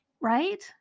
right